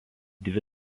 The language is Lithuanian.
dvi